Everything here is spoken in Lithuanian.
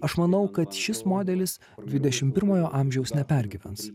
aš manau kad šis modelis dvidešimt pirmojo amžiaus nepergyvens